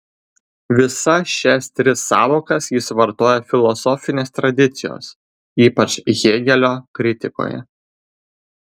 visas šias tris sąvokas jis vartoja filosofinės tradicijos ypač hėgelio kritikoje